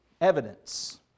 Evidence